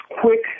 Quick